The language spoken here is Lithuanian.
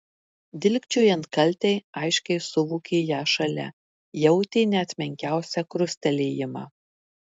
dilgčiojant kaltei aiškiai suvokė ją šalia jautė net menkiausią krustelėjimą